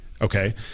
Okay